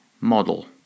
model